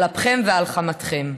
על אפכם ועל חמתכם.